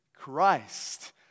Christ